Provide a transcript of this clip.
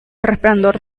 resplandor